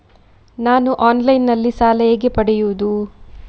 ನಾನು ಆನ್ಲೈನ್ನಲ್ಲಿ ಸಾಲ ಹೇಗೆ ಪಡೆಯುವುದು?